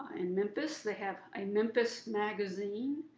in memphis, they have a memphis magazine.